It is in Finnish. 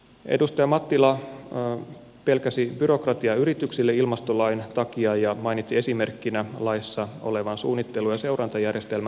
edustaja mattila pelkäsi byrokratiaa yrityksille ilmastolain takia ja mainitsi esimerkkinä laissa olevan suunnittelu ja seurantajärjestelmän